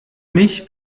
mich